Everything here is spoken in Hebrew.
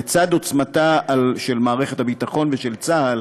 לצד עוצמתה של מערכת הביטחון ושל צה"ל,